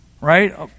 right